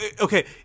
okay